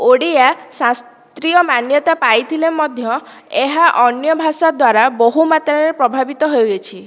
ଓଡ଼ିଆ ଶାସ୍ତ୍ରୀୟ ମାନ୍ୟତା ପାଇଥିଲେ ମଧ୍ୟ ଏହା ଅନ୍ୟ ଭାଷା ଦ୍ୱାରା ବହୁ ମାତ୍ରାରେ ପ୍ରଭାବିତ ହୋଇଅଛି